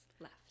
left